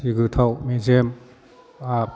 जि गोथाव मेजेम